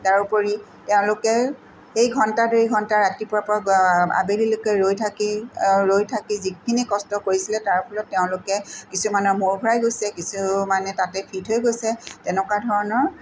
তাৰ উপৰি তেওঁলোকে সেই ঘণ্টা ধৰি ঘণ্টা ৰাতিপুৱাৰ পৰা আবেলিলৈকে ৰৈ থাকি ৰৈ থাকি যিখিনি কষ্ট কৰিছিলে তাৰফলত তেওঁলোকে কিছুমানৰ মুৰ ঘূৰাই গৈছে কিছুমানে তাতে ফিট হৈ গৈছে তেনেকুৱা ধৰণৰ